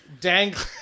dangling